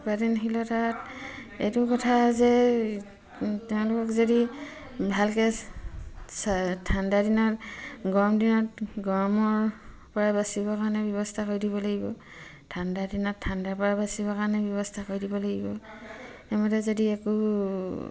উৎপাদনশীলতাত এইটো কথা যে তেওঁলোকক যদি ভালকৈ চা ঠাণ্ডা দিনত গৰম দিনত গৰমৰ পৰা বাচিবৰ কাৰণে ব্যৱস্থা কৰি দিব লাগিব ঠাণ্ডা দিনত ঠাণ্ডাৰ পৰা বাচিবৰ কাৰণে ব্যৱস্থা কৰি দিব লাগিব সেইমতে যদি একো